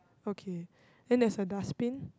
okay then there's a dustbin